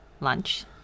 lunch